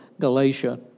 Galatia